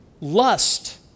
lust